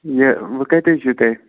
یہِ وۅنۍ کَتہِ حظ چھُو تُہۍ